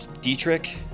Dietrich